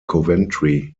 coventry